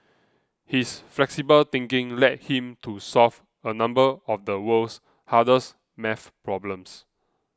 his flexible thinking led him to solve a number of the world's hardest maths problems